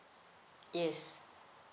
yes